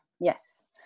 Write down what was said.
yes